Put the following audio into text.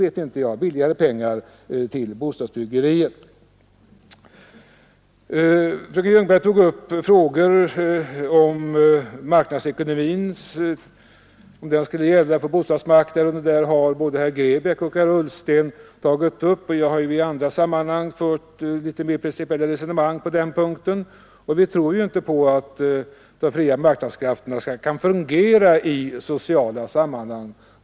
Hur det skall lösas vet jag inte nu. Fröken Ljungberg gick in på frågan huruvida marknadsekonomin skall gälla för bostadsmarknaden. Den saken har både herr Grebäck och herr Ullsten tagit upp, och jag har i andra sammanhang fört litet mer principiella resonemang på den punkten. Vi tror inte på att de fria marknadskrafterna kan fungera i sociala sammanhang.